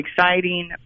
exciting